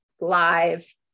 live